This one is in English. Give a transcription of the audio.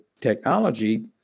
technology